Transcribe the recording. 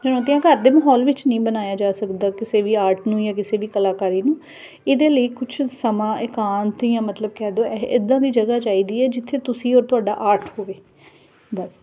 ਚੁਣੌਤੀਆ ਘਰ ਦੇ ਮਾਹੌਲ ਵਿੱਚ ਨਹੀਂ ਬਣਾਇਆ ਜਾ ਸਕਦਾ ਕਿਸੇ ਵੀ ਆਰਟ ਨੂੰ ਜਾ ਕਿਸੇ ਵੀ ਕਲਾਕਾਰੀ ਨੂੰ ਇਹਦੇ ਲਈ ਕੁਛ ਸਮਾਂ ਇਕਾਂਤ ਜਾਂ ਮਤਲਬ ਕਹਿ ਦਓ ਇਹ ਇੱਦਾਂ ਦੀ ਜਗ੍ਹਾ ਚਾਹੀਦੀ ਹੈ ਜਿੱਥੇ ਤੁਸੀਂ ਔਰ ਤੁਹਾਡਾ ਆਰਟ ਹੋਵੇ ਬਸ